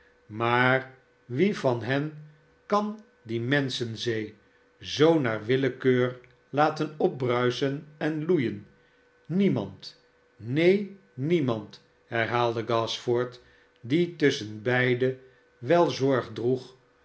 maar wie van hen kan die menschenzee zoo naar willekeur laten opbruisen enloeien niemand neen niemand herhaalde gashford die tusschenbeide wel zorg droeg